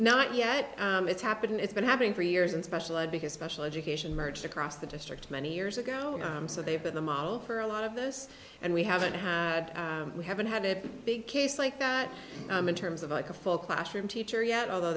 not yet it's happened it's been happening for years and special ed because special education merged across the district many years ago so they were the model for a lot of this and we haven't had we haven't had a big case like that in terms of ica full classroom teacher yet although